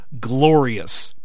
glorious